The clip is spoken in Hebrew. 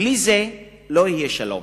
בלי זה לא יהיה שלום.